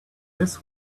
this